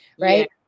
right